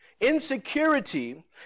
Insecurity